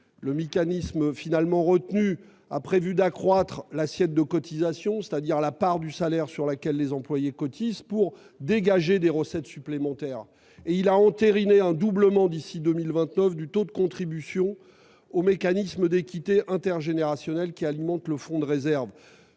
Le mécanisme finalement retenu a prévu d'accroître l'assiette de cotisations, c'est-à-dire la part du salaire sur laquelle les employés cotisent, pour dégager des recettes supplémentaires. Ce gouvernement a entériné un doublement d'ici à 2029 du taux de contribution au mécanisme d'équité intergénérationnelle qui alimente le fonds de réserve.